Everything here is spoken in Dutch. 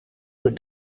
door